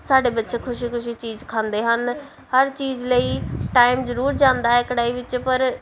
ਸਾਡੇ ਬੱਚੇ ਖੁਸ਼ੀ ਖੁਸ਼ੀ ਚੀਜ਼ ਖਾਂਦੇ ਹਨ ਹਰ ਚੀਜ਼ ਲਈ ਟਾਈਮ ਜ਼ਰੂਰ ਜਾਂਦਾ ਹੈ ਕੜਾਹੀ ਵਿੱਚ ਪਰ